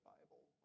Bible